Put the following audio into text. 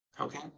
Okay